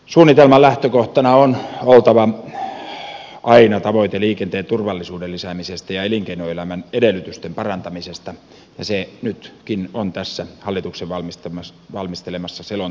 suunnitelman lähtökohtana on oltava aina tavoite lisätä liikenteen turvallisuutta ja parantaa elinkeinoelämän edellytyksiä ja se on nytkin tässä hallituksen valmistelemassa selonteossa